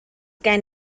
gen